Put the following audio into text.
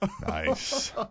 Nice